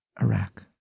Iraq